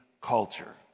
culture